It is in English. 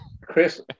Chris